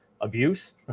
abuse